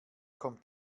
kommt